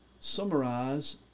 summarize